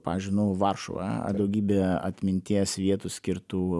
pažiui nu varšuva a daugybė atminties vietų skirtų